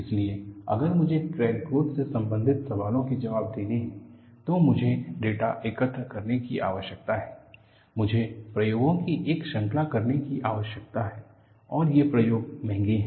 इसलिए अगर मुझे क्रैक ग्रोथ से संबंधित सवालों के जवाब देने हैं तो मुझे डेटा एकत्र करने की आवश्यकता है मुझे प्रयोगों की एक श्रृंखला करने की आवश्यकता है और ये प्रयोग महंगे हैं